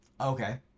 Okay